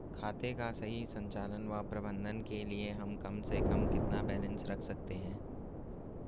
खाते का सही संचालन व प्रबंधन के लिए हम कम से कम कितना बैलेंस रख सकते हैं?